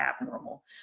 abnormal